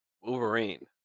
wolverine